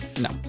No